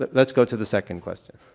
but let's go to the second question.